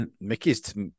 Mickey's